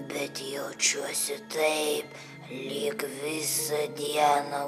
bet jaučiuosi taip lyg visą dieną